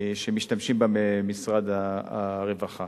שמשתמשים בה במשרד הרווחה.